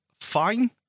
fine